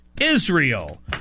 Israel